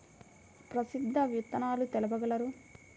ప్రసిద్ధ విత్తనాలు తెలుపగలరు?